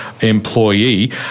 employee